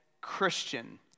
Christian